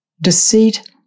deceit